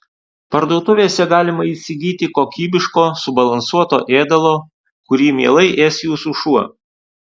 parduotuvėse galima įsigyti kokybiško subalansuoto ėdalo kurį mielai ės jūsų šuo